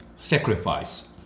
sacrifice